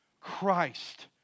Christ